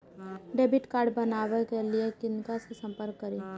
Debit card बनावे के लिए किनका से संपर्क करी?